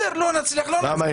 למה?